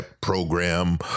program